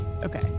Okay